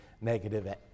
negative